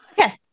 Okay